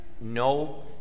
no